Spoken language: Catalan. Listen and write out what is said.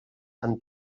amb